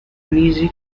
uneasy